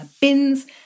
bins